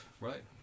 Right